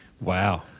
Wow